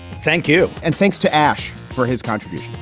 thank you. and thanks to ash for his contribution.